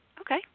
Okay